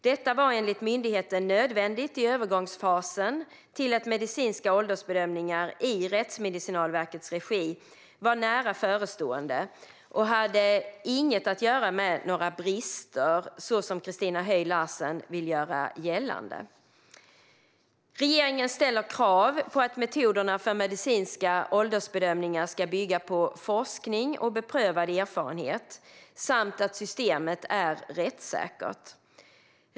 Detta var enligt myndigheten nödvändigt i övergångsfasen till medicinska åldersbedömningar i Rättsmedicinalverkets regi, något som var nära förestående, och hade inget att göra med några brister, som Christina Höj Larsen vill göra gällande. Regeringen ställer krav på att metoderna för medicinska åldersbedömningar ska bygga på forskning och beprövad erfarenhet samt att systemet ska vara rättssäkert.